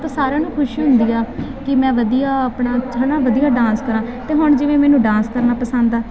ਤਾਂ ਸਾਰਿਆਂ ਨੂੰ ਖੁਸ਼ੀ ਹੁੰਦੀ ਆ ਕਿ ਮੈਂ ਵਧੀਆ ਆਪਣਾ ਹੈ ਨਾ ਵਧੀਆ ਡਾਂਸ ਕਰਾਂ ਅਤੇ ਹੁਣ ਜਿਵੇਂ ਮੈਨੂੰ ਡਾਂਸ ਕਰਨਾ ਪਸੰਦ ਆ